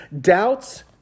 doubts